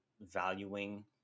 valuing